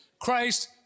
Christ